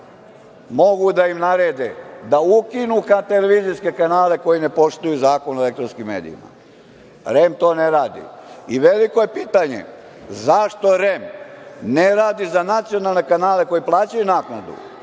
mogu da im narede da ukinu tv kanale koji ne poštuju Zakon o elektronskim medijima, REM to ne radi. Veliko je pitanje – zašto REM ne radi za nacionalne kanale koji plaćaju naknadu,